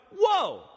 whoa